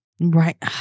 Right